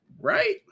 Right